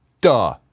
Duh